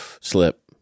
slip